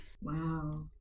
Wow